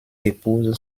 épouse